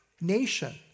nation